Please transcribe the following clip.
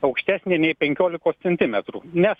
aukštesnė nei penkiolikos centimetrų nes